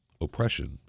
oppression